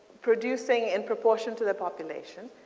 producing in proportion to the population,